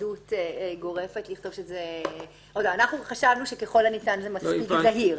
שלכתוב את המילים "ככל הניתן" זה מספיק זהיר.